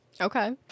Okay